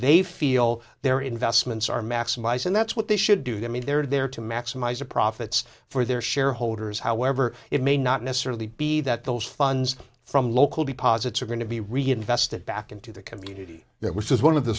they feel their investments are maximized and that's what they should do i mean they're there to maximize the profits for their shareholders however it may not necessarily be that those funds from local be posits are going to be reinvested back into the community that which is one of the